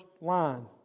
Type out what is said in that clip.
line